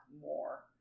more